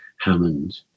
Hammond